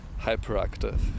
hyperactive